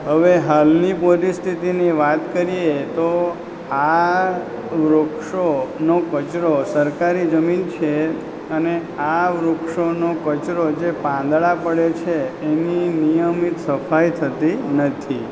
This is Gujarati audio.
હવે હાલની પરિસ્થિતિની વાત કરીએ તો આ વૃક્ષોનો કચરો સરકારી જમીન છે અને આ વૃક્ષોનો કચરો જે પાંદડા પડે છે એની નિયમિત સફાઈ થતી નથી